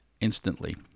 instantly